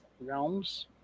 realms